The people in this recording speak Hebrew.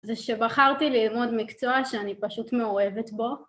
זה שבחרתי ללמוד מקצוע שאני פשוט מאוהבת בו.